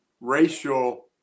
racial